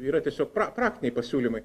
yra tiesiog praktiniai pasiūlymai